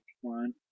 one